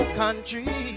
country